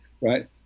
right